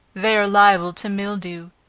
they are liable to mildew.